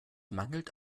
mangelt